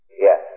Yes